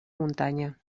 muntanya